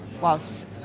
whilst